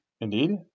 indeed